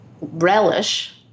relish